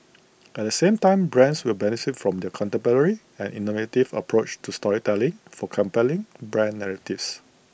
at the same time brands will benefit from their contemporary and innovative approach to storytelling for compelling brand narratives